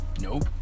Nope